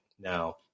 Now